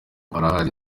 arahari